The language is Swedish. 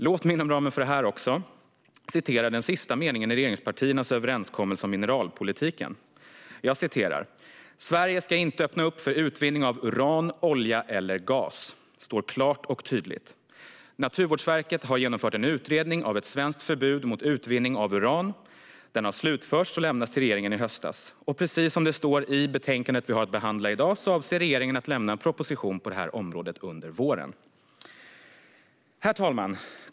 Låt mig inom ramen för detta också citera den sista meningen i regeringspartiernas överenskommelse om mineralpolitiken: "Sverige ska inte öppna upp för utvinning av uran, olja eller gas." Det står klart och tydligt. Naturvårdsverket har genomfört en utredning om ett svenskt förbud mot utvinning av uran. Utredningen har slutförts och lämnades till regeringen i höstas. Precis som det står i det betänkande som vi behandlar i dag avser regeringen att lämna en proposition på området under våren. Herr talman!